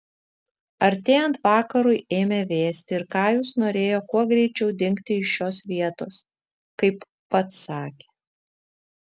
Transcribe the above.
artėjant vakarui ėmė vėsti ir kajus norėjo kuo greičiau dingti iš šios vietos kaip pats sakė